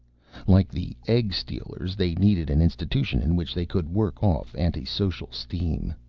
like the egg-stealers, they needed an institution in which they could work off anti-social steam.